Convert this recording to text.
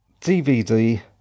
DVD